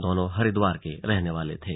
दोनों हरिद्वार के रहने वाले थे